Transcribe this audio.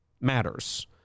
matters